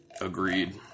Agreed